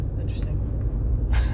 interesting